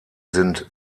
sind